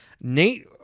Nate